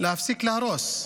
להפסיק להרוס.